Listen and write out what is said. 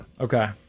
Okay